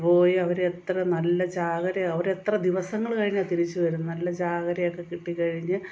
പോയി അവർ എത്ര നല്ല ചാകരയൊ അവരെത്ര ദിവസങ്ങൾ കഴിഞ്ഞാൽ തിരിച്ചു വരുന്ന നല്ല ചാകരയൊക്കെ കിട്ടി കഴിഞ്ഞ്